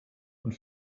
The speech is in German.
und